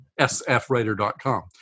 sfwriter.com